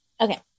Okay